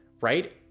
right